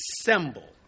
assemble